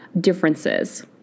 differences